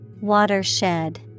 Watershed